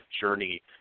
journey